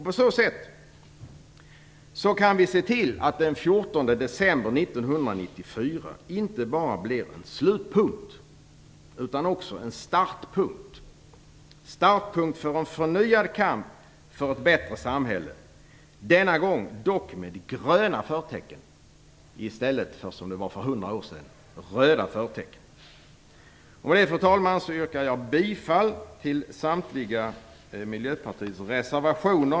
På så sätt kan vi se till att den 14 december 1994 inte bara blir en slutpunkt utan också en startpunkt för en förnyad kamp för ett bättre samhälle, denna gång dock med gröna förtecken i stället för med röda förtecken, som det var för hundra år sedan. Fru talman! Med detta yrkar jag bifall till samtliga Miljöpartiets reservationer.